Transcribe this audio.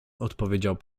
odpowiedział